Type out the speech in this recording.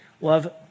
Love